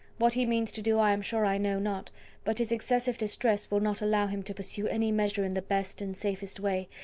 what he means to do i am sure i know not but his excessive distress will not allow him to pursue any measure in the best and safest way,